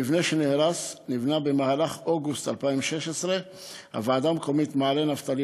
המבנה שנהרס נבנה במהלך אוגוסט 2016. הוועדה המקומית מעלה-נפתלי